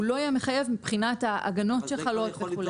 הוא לא יהיה מחייב מבחינת ההגנות שחלות וכו'.